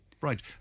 Right